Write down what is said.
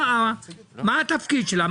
מה התפקיד שלה?